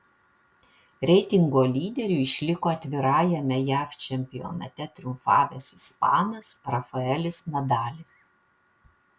reitingo lyderiu išliko atvirajame jav čempionate triumfavęs ispanas rafaelis nadalis